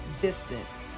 distance